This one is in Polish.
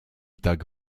tak